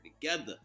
together